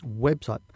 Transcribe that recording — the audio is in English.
website